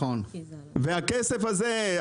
הכסף הזה,